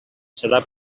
serà